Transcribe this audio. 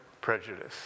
prejudice